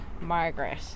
Margaret